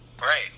Right